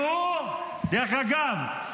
דרך אגב,